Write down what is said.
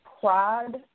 prod